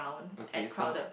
okay so